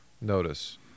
notice